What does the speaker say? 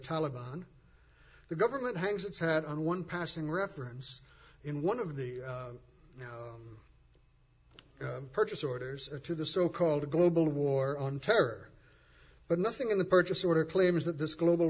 taliban the government hangs its had on one passing reference in one of the purchase orders to the so called global war on terror but nothing in the purchase order claims that this global